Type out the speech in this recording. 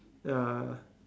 ya